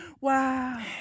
Wow